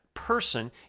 person